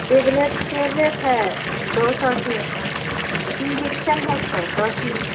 tablet tablet है दो सौ की इंजेक्शन है छः सौ की